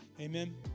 Amen